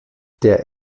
der